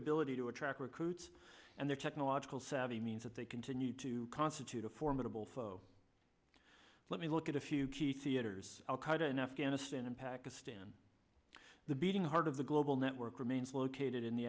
mutability to attract recruits and their technological savvy means that they continue to constitute a formidable foe let me look at a few key see editors al qaida in afghanistan and pakistan the beating heart of the global network remains located in the